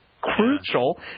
crucial